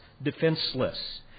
defenseless